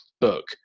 book